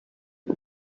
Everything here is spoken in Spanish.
hoy